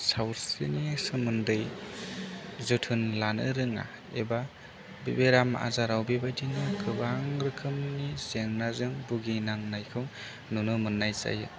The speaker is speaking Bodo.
सावस्रिनि सोमोन्दै जोथोन लानो रोङा एबा बेराम आजाराव बेबादिनो गोबां रोखोमनि जेंनाजों बुगिनांनायखौ नुनो मोन्नाय जायो